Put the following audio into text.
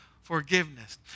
forgiveness